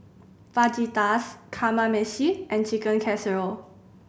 Fajitas Kamameshi and Chicken Casserole